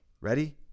ready